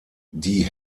die